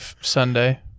Sunday